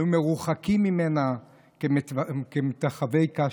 היו מרוחקים ממנה כמטחווי קשת.